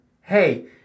Hey